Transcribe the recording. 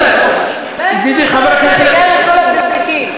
ידידי חבר הכנסת אלעזר שטרן,